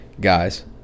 Guys